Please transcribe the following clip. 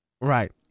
Right